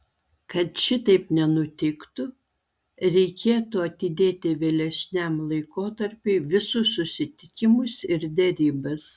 kad šitaip nenutiktų reikėtų atidėti vėlesniam laikotarpiui visus susitikimus ir derybas